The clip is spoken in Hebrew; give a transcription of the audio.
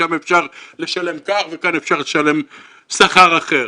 ששם אפשר לשלם כך וכאן אפשר לשלם שכר אחר.